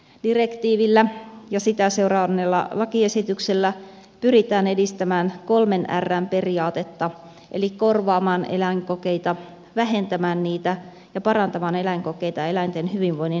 direktiivillä ja sitä seuranneella lakiesityksellä pyritään edistämään kolmen rn periaatetta eli korvaamaan eläinkokeita vähentämään niitä ja parantamaan eläinkokeita eläinten hyvinvoinnin näkökulmasta